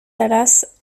dallas